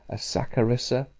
a sacharissa,